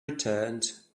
returned